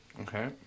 Okay